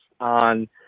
on